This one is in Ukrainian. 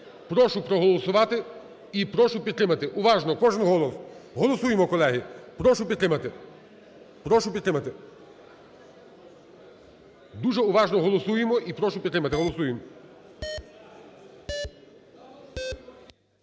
Прошу проголосувати і прошу підтримати. Уважно! Кожен голос. Голосуємо, колеги. Прошу підтримати. Прошу підтримати. Дуже уважно голосуємо. І прошу підтримати. Голосуємо.